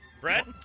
Brett